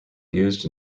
used